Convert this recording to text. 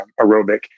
aerobic